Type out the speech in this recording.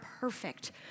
perfect